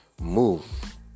move